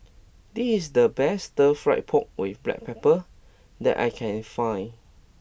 this the best stir fry pork with black pepper that I can find